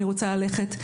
אני רוצה ללכת,